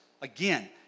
Again